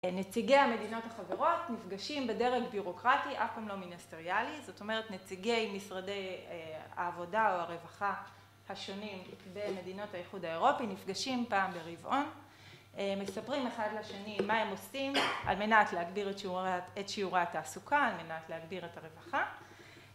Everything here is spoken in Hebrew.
נציגי המדינות החברות נפגשים בדרג ביורוקרטי אף פעם לא מיניסטריאלי, זאת אומרת נציגי משרדי העבודה או הרווחה השונים במדינות האיחוד האירופי נפגשים פעם ברבעון, מספרים אחד לשני מה הם עושים על מנת להגביר את שיעורי התעסוקה, על מנת להגביר את הרווחה